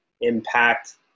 impact